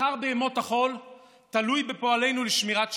השכר בימות החול תלוי בפועלנו לשמירת השבת.